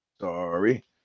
Sorry